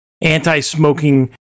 anti-smoking